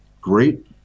great